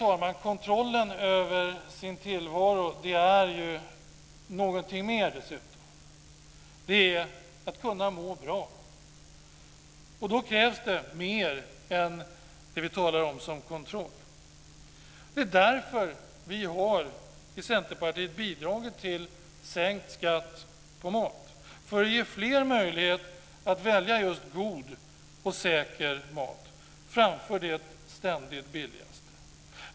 Att ha kontroll över sin egen tillvaro är ju dessutom någonting mer. Det är att kunna må bra. Då krävs det mer än det vi talar om som kontroll. Det är därför vi i Centerpartiet har bidragit till sänkt skatt på mat för att ge fler möjlighet att välja just god och säker mat framför det ständigt billigaste.